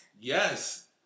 Yes